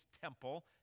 temple